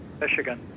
Michigan